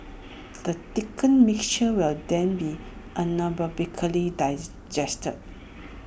the thickened mixture will then be anaerobically digested